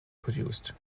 produced